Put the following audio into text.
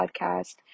podcast